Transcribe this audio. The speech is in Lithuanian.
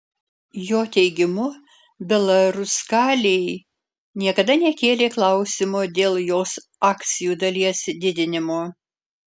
jo teigimu belaruskalij niekada nekėlė klausimo dėl jos akcijų dalies didinimo